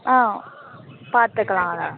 ஆ பார்த்துக்கலாம் அதுதான்